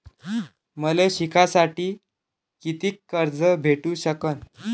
मले शिकासाठी कितीक कर्ज भेटू सकन?